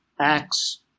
acts